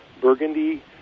Burgundy